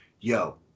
yo